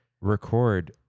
record